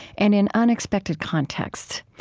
and in unexpected contexts.